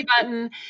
button